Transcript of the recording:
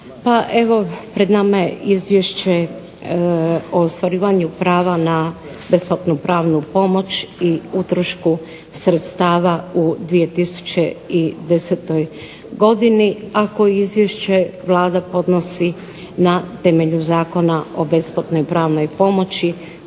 pred nama je izvješće o ostvarivanju prava na besplatnu pravnu pomoć i utroška sredstava u 2010. godini a koje izvješće Vlada podnosi na temelju Zakona o besplatnoj pravnoj pomoći